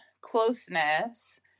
closeness